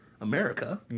America